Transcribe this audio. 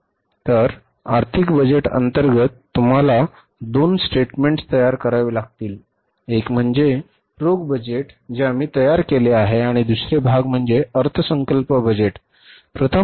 तर आर्थिक बजेटअंतर्गत तुम्हाला दोन स्टेटमेन्ट तयार करावे लागतील एक म्हणजे रोख बजेट जे आम्ही तयार केले आहे आणि दुसरे भाग म्हणजे अर्थसंकल्प बजेट